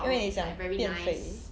因为你想变肥